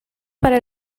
para